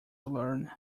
learn